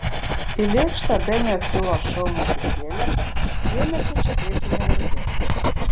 į lėkštą benio hilo šou muzikėlę dėmesio čia kreipti nevertėtų